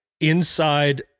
inside